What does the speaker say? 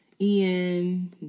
Ian